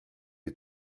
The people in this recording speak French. est